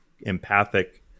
Empathic